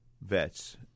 vets